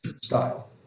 style